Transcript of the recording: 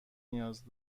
نیاز